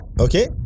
okay